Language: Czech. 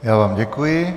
Já vám děkuji.